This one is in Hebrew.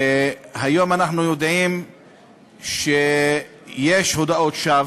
היום אנחנו יודעים שיש הודאות שווא,